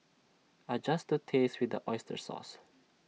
adjust to taste with the Oyster sauce